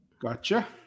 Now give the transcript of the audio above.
Gotcha